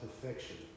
perfection